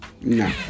No